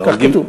כך כתוב,